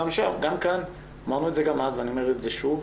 גם כאן, אמרנו את זה גם אז ואני אומר את זה שוב,